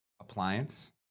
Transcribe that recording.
appliance